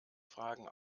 fragen